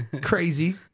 crazy